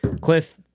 Cliff